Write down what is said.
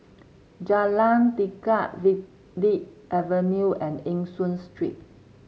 Jalan Tekad Verde Avenue and Eng Hoon Street